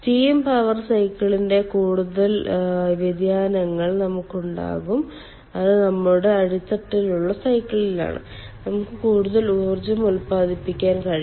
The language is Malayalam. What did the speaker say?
സ്റ്റീം പവർ സൈക്കിളിന്റെ കൂടുതൽ വ്യതിയാനങ്ങൾ നമുക്കുണ്ടാകും അത് നമ്മുടെ അടിത്തട്ടിലുള്ള സൈക്കിളാണ് നമുക്ക് കൂടുതൽ ഊർജ്ജം ഉത്പാദിപ്പിക്കാൻ കഴിയും